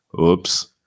oops